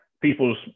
people's